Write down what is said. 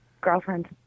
girlfriend